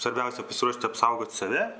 svarbiausia pasiruošti apsaugot save